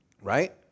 right